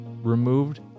removed